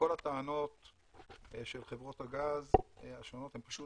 וכל הטענות של חברות הגז השונות הן פשוט